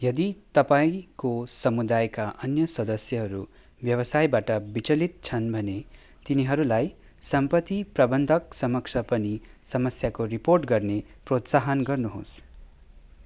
यदि तपाईँको समुदायका अन्य सदस्यहरू व्यवसायबाट बिचलित छन् भने तिनीहरूलाई सम्पत्ति प्रबन्धकसमक्ष पनि समस्याको रिपोर्ट गर्ने प्रोत्साहन गर्नुहोस्